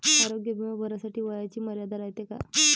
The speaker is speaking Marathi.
आरोग्य बिमा भरासाठी वयाची मर्यादा रायते काय?